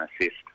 assist